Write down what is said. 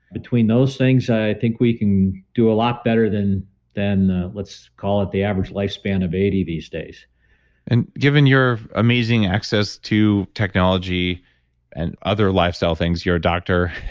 between those things, i think we can do a lot better than than let's call it the average lifespan of eighty these days and given your amazing access to technology and other lifestyle things, you're a doctor,